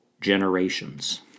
generations